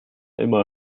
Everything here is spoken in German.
immer